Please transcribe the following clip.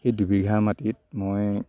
সেই দুবিঘা মাটিত মই